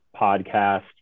podcast